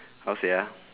how to say ah